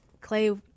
Clay